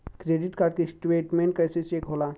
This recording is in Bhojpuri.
क्रेडिट कार्ड के स्टेटमेंट कइसे चेक होला?